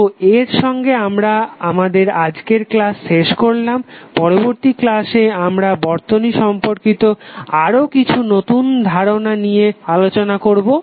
তো এর সঙ্গে আমরা আমাদের আজকের ক্লাস শেষ করলাম পরবর্তী ক্লাসে আমরা বর্তনী সম্পর্কিত আরও কিছু নতুন ধারণা নিয়ে আলোচনা করবো